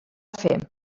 fer